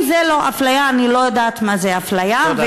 אם זה לא אפליה אני לא יודעת מה זה אפליה, תודה.